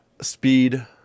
speed